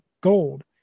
gold